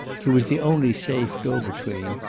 who was the only safe go-between,